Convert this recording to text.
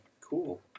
cool